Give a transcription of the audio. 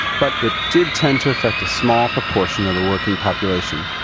but it did tend to affect a small proportion of the working population.